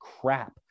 crap